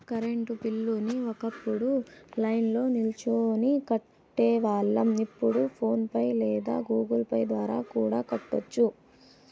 current బిల్లుని ఒకప్పుడు లైన్ల్నో నిల్చొని కట్టేవాళ్ళం, ఇప్పుడు ఫోన్ పే లేదా గుగుల్ పే ద్వారా కూడా కట్టొచ్చు